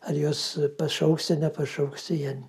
ar juos pašauksi ar nepašauksi jie